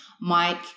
Mike